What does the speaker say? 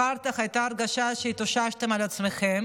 אחר כך הייתה הרגשה שהתאוששתם על עצמכם,